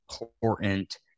important